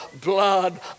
blood